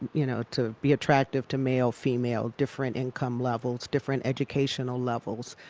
you know to be attractive to male, female, different income levels, different educational levels.